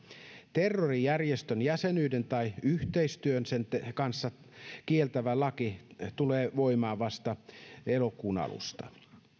terrorijärjestön jäsenyyden tai yhteistyön sen kanssa kieltävä laki tulee voimaan vasta elokuun alusta